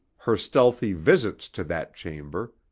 her stealthy visits to that chamber,